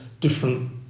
different